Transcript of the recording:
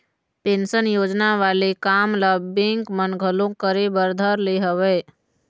pension योजना वाले काम ल बेंक मन घलोक करे बर धर ले हवय